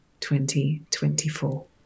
2024